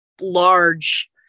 large